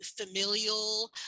familial